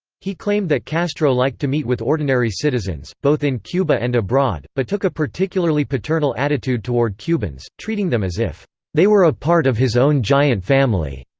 he claimed that castro liked to meet with ordinary citizens, both in cuba and abroad, but took a particularly paternal attitude toward cubans, treating them as if they were a part of his own giant family.